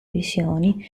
visioni